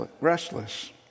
restless